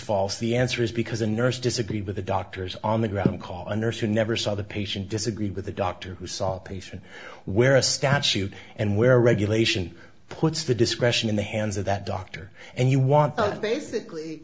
false the answer is because a nurse disagreed with the doctors on the ground call a nurse who never saw the patient disagree with a doctor who saw a patient where a statute and where regulation puts the discretion in the hands of that doctor and you want basically